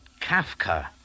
kafka